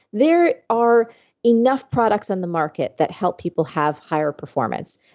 there are enough products on the market that help people have higher performance.